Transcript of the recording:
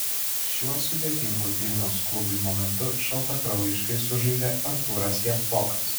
šiuo sudėtingu vilniaus klubui momentu šaltakraujiškai sužaidė artūras javtokas